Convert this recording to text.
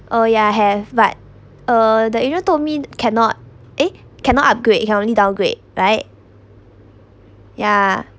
oh yeah have but uh the agent told me cannot eh cannot upgrade currently downgrade right ya